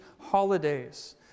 holidays